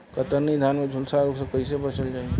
कतरनी धान में झुलसा रोग से कइसे बचल जाई?